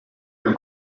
del